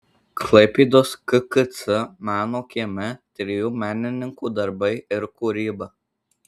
klaipėdos kkc meno kieme trijų menininkų darbai ir kūryba